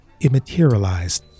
immaterialized